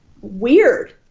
weird